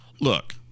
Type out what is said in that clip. Look